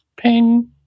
Ping